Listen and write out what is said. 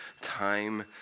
time